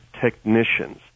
technicians